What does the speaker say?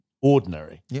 ordinary